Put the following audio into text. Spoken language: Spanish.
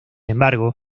embargo